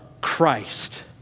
Christ